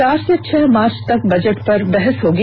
चार से छह मार्च तक बजट पर बहस होगी